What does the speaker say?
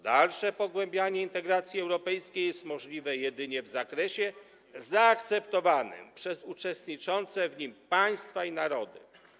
Dalsze pogłębianie integracji europejskiej jest możliwe jedynie w zakresie zaakceptowanym przez uczestniczące w niej państwa i narody.